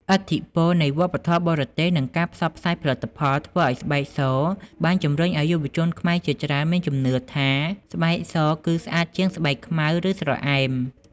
ឥទ្ធិពលនៃវប្បធម៌បរទេស និងការផ្សព្វផ្សាយផលិតផលធ្វើឲ្យស្បែកសបានជំរុញឲ្យយុវជនខ្មែរជាច្រើនមានជំនឿថា ស្បែកសគឺស្អាតជាង ស្បែកខ្មៅ ឬស្រអែម។